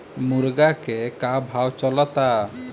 मुर्गा के का भाव चलता?